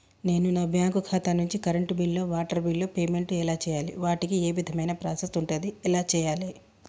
నేను నా బ్యాంకు ఖాతా నుంచి కరెంట్ బిల్లో వాటర్ బిల్లో పేమెంట్ ఎలా చేయాలి? వాటికి ఏ విధమైన ప్రాసెస్ ఉంటది? ఎలా చేయాలే?